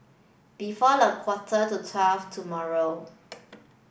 before a quarter to twelve tomorrow